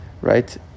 right